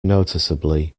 noticeably